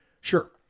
Sure